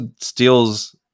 steals